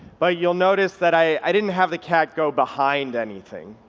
but you'll notice that i didn't have the cat go behind anything,